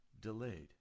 delayed